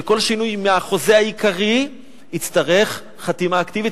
כל שינוי מהחוזה העיקרי יצטרך חתימה אקטיבית,